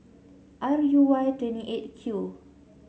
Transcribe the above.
R U Y twenty Eight Q